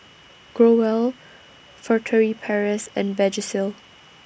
Growell Furtere Paris and Vagisil